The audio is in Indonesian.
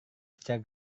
secara